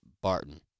Barton